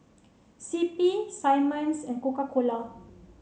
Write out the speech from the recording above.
C P Simmons and Coca cola